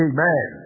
Amen